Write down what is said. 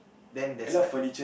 then there's like